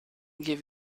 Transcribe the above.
give